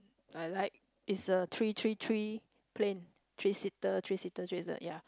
uh like it's a three three three plane three seater three seater three seater ya